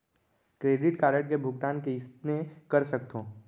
Credit card के भुगतान कईसने कर सकथो?